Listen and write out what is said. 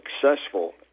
successful